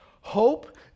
hope